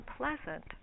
unpleasant